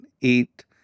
eat